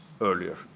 earlier